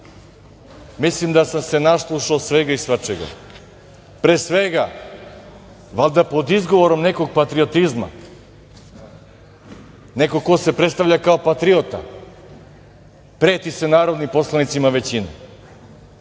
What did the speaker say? mislim da sam se naslušao svega i svačega. Pre svega, valjda pod izgovorom nekog patriotizma, nekog ko se predstavlja kao patriota, preti se narodnim poslanicima većine.